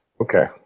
Okay